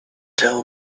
tell